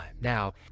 Now